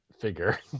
figure